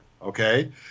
Okay